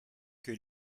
que